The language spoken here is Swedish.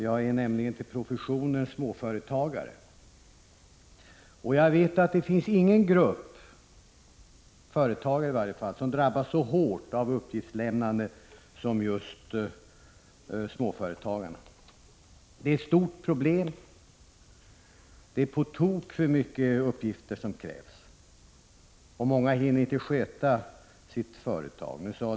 Jag är nämligen småföretagare till professionen. Det finns inte någon grupp, som drabbas så hårt av uppgiftslämnandet som just småföretagarna. Det är ett stort problem för många eftersom det är på tok för mycket uppgifter som krävs av dem. Många hinner inte sköta sitt företag.